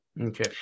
Okay